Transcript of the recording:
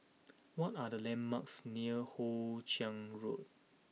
what are the landmarks near Hoe Chiang Road